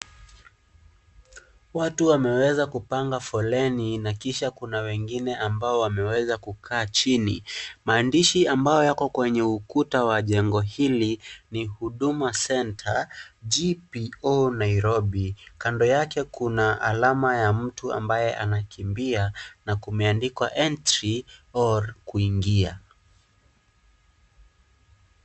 Watu wameweza kupanga foleni na kisha kuna wengine ambao wameweza kukaa chini. Maandishi ambayo yako kwenye ukuta wa jengo hili ni Huduma centre GPO Nairobi. Kando yake kuna alama ya mtu ambaye anakimbia na kumeandikwa entry or kuingia.